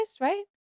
right